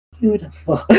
beautiful